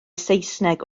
saesneg